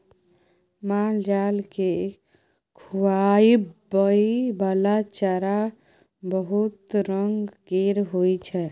मालजाल केँ खुआबइ बला चारा बहुत रंग केर होइ छै